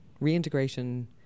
reintegration